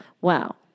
Wow